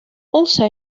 also